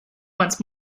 once